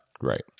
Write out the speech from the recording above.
Right